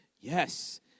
yes